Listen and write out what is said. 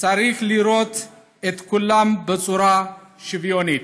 צריך לראות את כולם בצורה שוויונית.